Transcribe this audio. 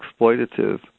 exploitative